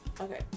Okay